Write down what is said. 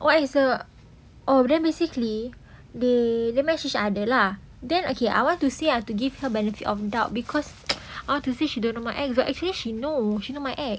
what is a oh then basically they they match each other lah then okay I want to see I've to give her benefit of doubt because I want to see she don't know my ex but actually she know she know my ex